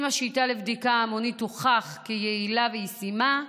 אם השיטה לבדיקה המונית תוכח כיעילה וישימה,